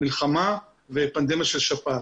מלחמה ופנדמיה של שפעת.